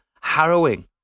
harrowing